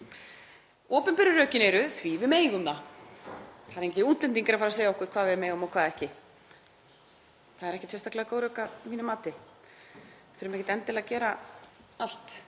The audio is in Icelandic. Opinberu rökin eru: Því við megum það, það eru engir útlendingar að fara að segja okkur hvað við megum og hvað ekki. Það eru ekkert sérstaklega góð rök að mínu mati. Við þurfum ekkert endilega að gera allt